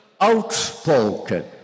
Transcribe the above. outspoken